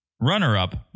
Runner-up